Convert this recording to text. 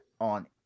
on